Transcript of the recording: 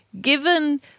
Given